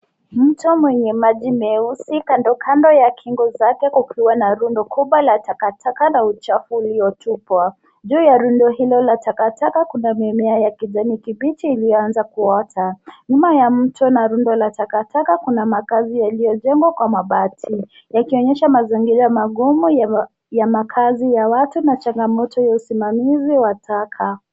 Mto mwenye maji meusi kandokando ya kingo zake kukiwa na rundo kubwa la takataka na uchafu uliotupwa. Juu ya rundo hilo la takataka kuna mimea ya kijani kibichi iliyoanza kuota. Nyuma ya mto na rundo la takataka kuna makazi yaliyojengwa kwa mabati yakionyesha mazingira mgumu na ya makazi ya watu na changamoto ya usimamizi wa taka.